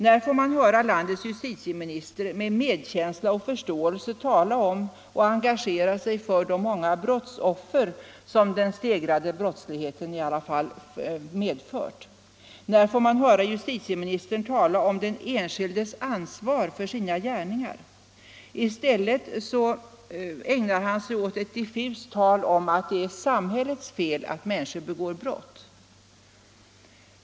När får man höra landets justitieminister uttala medkänsla och förståelse eller tala om och engagera sig för de många brottsoffer som den stegrade brottsligheten i alla fall medfört? När får man höra justitieministern tala om den enskildes ansvar för sina gärningar? I stället ägnar han sig åt ett diffust tal om att det är samhällets fel att människor begår brott.